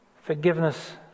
forgiveness